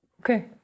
Okay